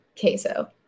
queso